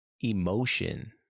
Emotion